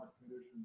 conditions